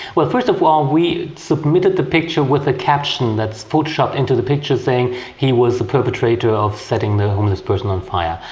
well, first of all we submitted the picture with a caption that's photoshopped into the picture saying he was the perpetrator of setting the homeless person on fire.